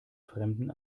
fremden